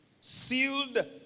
sealed